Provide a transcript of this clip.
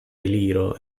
eliro